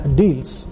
deals